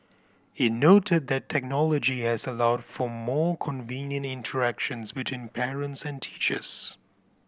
it noted that technology has allowed for more convenient interactions between parents and teachers